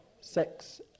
sex